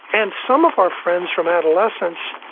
and some of our friends from adolescence